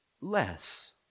less